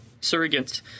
Surrogates